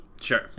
Sure